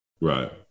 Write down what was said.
Right